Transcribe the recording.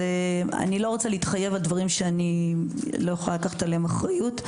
אני לא רוצה להתחייב על דברים שאני לא יכולה לקחת עליהם אחריות.